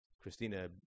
Christina